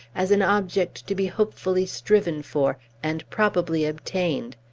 as an object to be hopefully striven for, and probably attained,